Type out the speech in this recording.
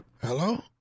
Hello